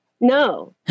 No